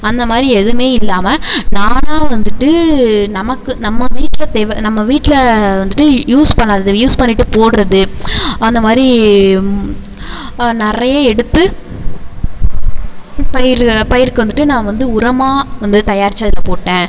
அந்த மாதிரி எதுவுமே இல்லாமல் நானாக வந்துட்டு நமக்கு நம்ம வீட்டில தேவை நம்ம வீட்டில வந்துட்டு யூஸ் பண்ணாதது யூஸ் பண்ணிட்டு போடுகிறது அந்த மாதிரி நிறைய எடுத்து பயிர் பயிருக்கு வந்துட்டு நான் வந்து உரமாக வந்து தயாரித்து அதில் போட்டேன்